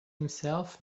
himself